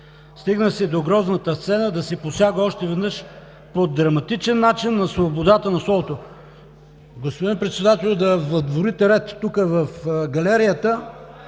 стигна се до грозната сцена да се посяга още веднъж по драматичен начин на свободата на словото. Господин Председателю, да въдворите ред. Тук в галерията